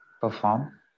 perform